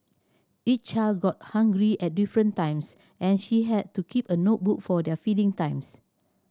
each child got hungry at different times and she had to keep a notebook for their feeding times